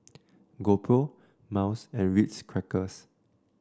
GoPro Miles and Ritz Crackers